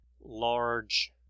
large